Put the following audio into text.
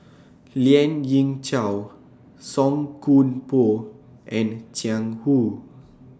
Lien Ying Chow Song Koon Poh and Jiang Hu